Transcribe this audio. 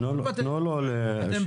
תנו לו להשלים.